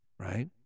right